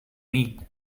mean